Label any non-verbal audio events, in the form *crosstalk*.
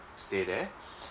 stay there *breath*